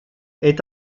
est